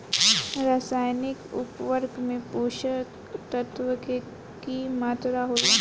रसायनिक उर्वरक में पोषक तत्व के की मात्रा होला?